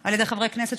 על ידי חברי כנסת,